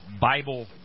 bible